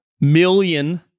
million